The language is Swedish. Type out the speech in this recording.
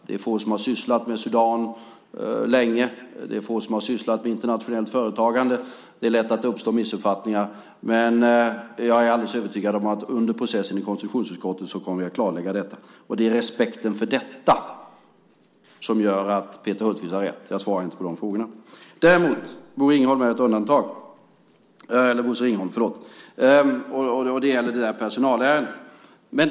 Det är få som länge har sysslat med Sudan, och det är få som har sysslat med internationellt företagande. Missuppfattningar uppstår lätt. Men jag är alldeles övertygad om att vi under processen i konstitutionsutskottet kommer att klarlägga detta. Det är respekten för detta som gör att Peter Hultqvist har rätt - jag svarar inte på de frågorna. Däremot är Bosse Ringholm ett undantag. Det gäller då personalärendet.